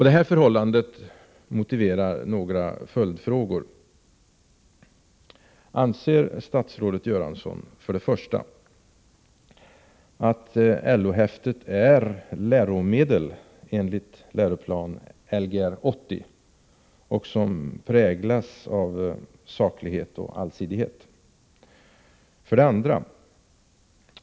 Det förhållandet motiverar några följdfrågor: 1. Anser statsrådet Göransson att LO-häftet är läromedel enligt Lgr 80 och att det präglas av saklighet och allsidighet? 2.